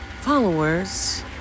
followers